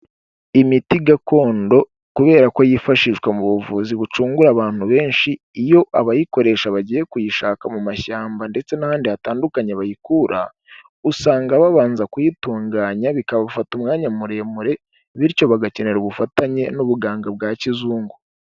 Imiti gakondo kubera ko yifashishwa mu buvuzi bucungura abantu benshi iyo abayikoresha bagiye kuyishaka mu mashyamba ndetse n'ahandi hatandukanye bayikura usanga babanza kuyitunganya bikabafata umwanya muremure bityo bagakenera ubufatanye n'ubuganga bwa kizungu.